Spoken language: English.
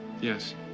Yes